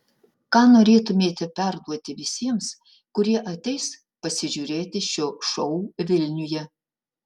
ką norėtumėte perduoti visiems kurie ateis pasižiūrėti šio šou vilniuje